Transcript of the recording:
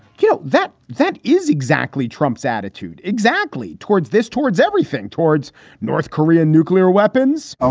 kill that. that is exactly trump's attitude exactly towards this, towards everything, towards north korea, nuclear weapons. ah